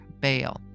bail